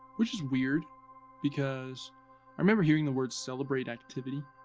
which is weird because i remember hearing the words, celebrate activity.